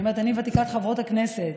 אני ותיקת חברות הכנסת,